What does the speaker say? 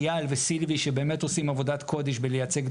אייל וסילבי שבאמת עושים עבודת בחודש בלייצג את